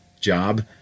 job